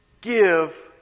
Give